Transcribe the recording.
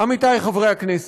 עמיתי חברי הכנסת,